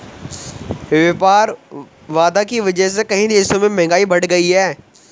व्यापार बाधा की वजह से कई देशों में महंगाई बढ़ गयी है